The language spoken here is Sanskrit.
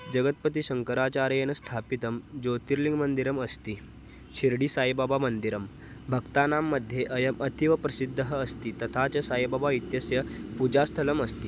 जगत्पतिशङ्कराचार्येण स्थापितं ज्योतिर्लिङ्गमन्दिरमस्ति शिर्डिसायिबाबामन्दिरं भक्तानाम्मध्ये अयम् अतीव प्रसिद्धः अस्ति तथा च सायिबाबा इत्यस्य पूजास्थलमस्ति